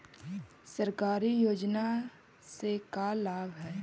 सरकारी योजना से का लाभ है?